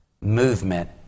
movement